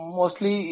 mostly